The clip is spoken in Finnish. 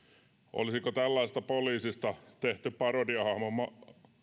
olisiko tällaisesta poliisista tehty parodiahahmo